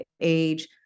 age